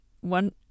one